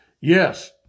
Yes